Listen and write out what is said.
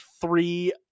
three